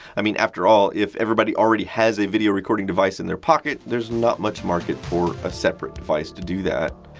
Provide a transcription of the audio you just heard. i mean, after all, if everybody already has a video recording device in their pocket, there's not much market for a separate device to do that.